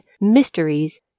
mysteries